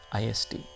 ist